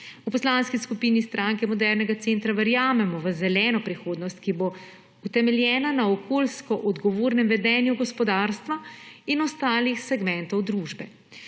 V Poslanski skupini Stranke modernega centra verjamemo v zeleno prihodnost, ki bo utemeljena na okoljsko odgovornem vedenju gospodarstva in ostalih segmentov družbe.